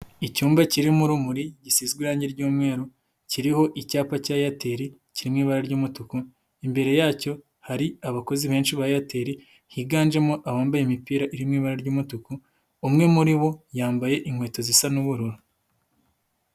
Icyumba kirimo urumuri gisigaranye ry'umweru, kiriho icyapa cya airtel kiri mu ibara ry'umutuku, imbere yacyo hari abakozi benshi ba airtel higanjemo abambaye imipira iririmo ibara ry'umutuku, umwe muri bo yambaye inkweto zisa n'ubururu.